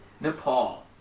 Nepal